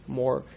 more